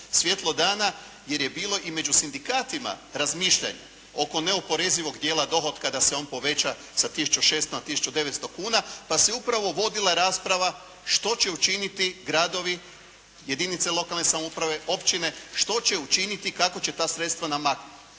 svijetlo dana jer je bilo i među sindikatima razmišljanja oko neoporezivog dijela dohotka da se on poveća sa tisuću …/Govornik se ne razumije./… na tisuću 900 kuna pa se upravo vodila rasprava što će učiniti gradovi, jedinice lokalne samouprave, općine, što će učiniti, kako će ta sredstva namaknuti